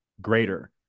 greater